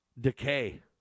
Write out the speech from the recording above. decay